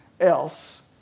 else